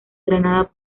granada